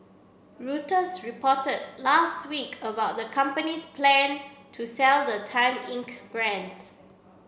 reported last week about the company's plan to sell the Time Inc brands